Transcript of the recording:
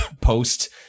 post